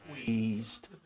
squeezed